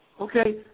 okay